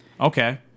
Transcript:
Okay